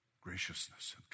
graciousness